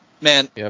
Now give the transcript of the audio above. Man